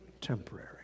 temporary